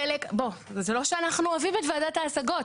חלק, בוא, זה לא שאנחנו אוהבים את ועדת ההשגות.